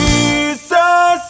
Jesus